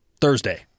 Thursday